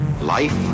Life